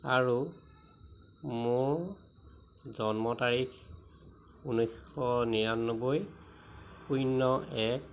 আৰু মোৰ জন্ম তাৰিখ ঊনৈশ নিৰানব্বৈ শূন্য এক